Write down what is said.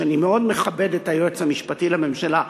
ואני מאוד מכבד את היועץ המשפטי לממשלה,